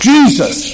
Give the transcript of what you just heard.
Jesus